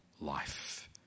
life